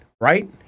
right